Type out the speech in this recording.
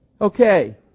Okay